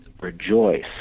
rejoice